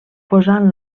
posant